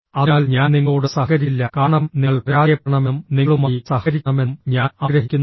അതിനാൽ ഞാൻ നിങ്ങളോട് സഹകരിക്കില്ല കാരണം നിങ്ങൾ പരാജയപ്പെടണമെന്നും നിങ്ങളുമായി സഹകരിക്കണമെന്നും ഞാൻ ആഗ്രഹിക്കുന്നു